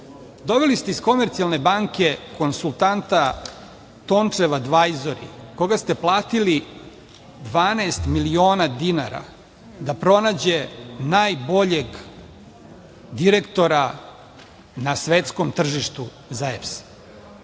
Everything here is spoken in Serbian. Doveli ste iz komercijalne banke konsultanta „Tonchew Advisory“, koga ste platili 12 miliona dinara da pronađe najboljeg direktora na svetskom tržištu za EPS.Koga